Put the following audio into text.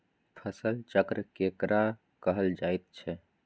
फसल चक्र केकरा कहल जायत छै?